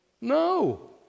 No